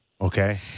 okay